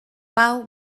pau